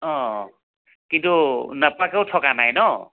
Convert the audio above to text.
কিন্তু নোপোৱাকৈও থাকা নাই ন